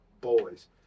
boys